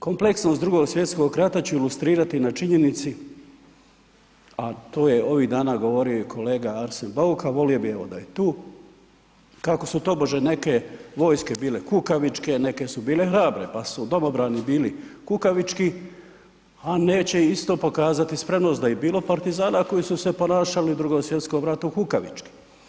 Kompleksnost Drugog svjetskog rata ću ilustrirati na činjenici a to je ovih dana govorio i kolega Arsen Bauk, a volio bih evo da je tu kako su tobože neke vojske bile kukavičke, neke su bile hrabre pa su domobrani bili kukavički a neće isto pokazati spremnost da je i bilo Partizana koji su se ponašali u Drugom svjetskom ratu kukavički.